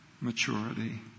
maturity